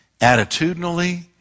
Attitudinally